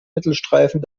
mittelstreifen